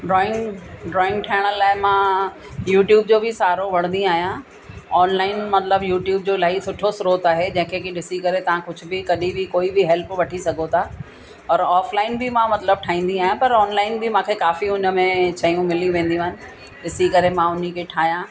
drawing drawing ठाहिण लाइ मां यूट्यूब जो बि सहारो वठंदी आहियां ऑनलाइन मतिलबु यूट्यूब जो इलाही सुठो स्त्रोत आहे जंहिंखे की ॾिसी करे तव्हां कुझु बि कॾहिं बि कोई बि हैल्प वठी सघो था और ऑफलाइन बि मां मतिलबु ठाहींदी आहियां पर ऑनलाइन बि मूंखे काफ़ी उन में शयूं मिली वेंदियूं आहिनि ॾिसी करे मां उन खे ठाहियां